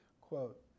quote